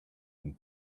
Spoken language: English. and